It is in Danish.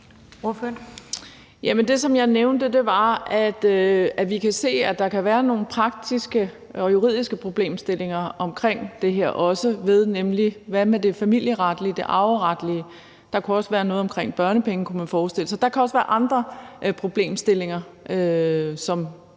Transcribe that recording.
det, som jeg nævnte, var, at vi kan se, at der kan være nogle praktiske og juridiske problemstillinger omkring det her, nemlig også hvad angår det familieretlige, det arveretlige. Der kunne det også være noget omkring børnepenge, kunne man forestille sig. Der kan også være andre problemstillinger, som